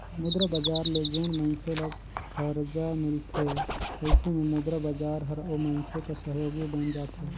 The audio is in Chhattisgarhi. मुद्रा बजार ले जेन मइनसे ल खरजा मिलथे अइसे में मुद्रा बजार हर ओ मइनसे कर सहयोगी बइन जाथे